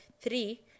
Three